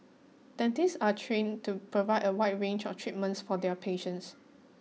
dentists are trained to provide a wide range of treatments for their patients